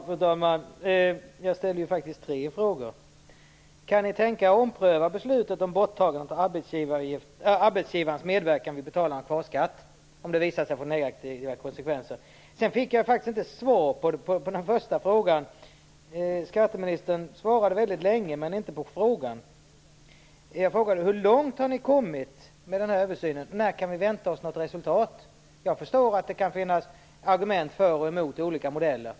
Fru talman! Jag ställde faktiskt tre frågor. Kan ni tänka er att ompröva beslutet om borttagandet av arbetsgivarens medverkan vid betalandet av kvarskatt om det visar sig få negativa konsekvenser? Sedan fick jag faktiskt inte svar på den första frågan. Skatteministern svarade väldigt länge, men inte på frågan. Jag frågade: Hur långt har ni kommit med översynen? När kan vi vänta oss något resultat? Jag förstår att det kan finnas argument för och emot de olika modellerna.